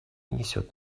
несет